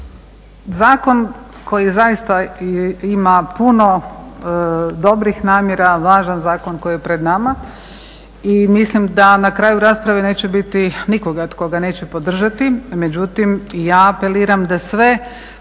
kolege. Zakon koji zaista ima puno dobrih namjera, važan zakon koji je pred nama i mislim da na kraju rasprave neće biti nikoga tko ga neće podržati, međutim ja apeliram da sve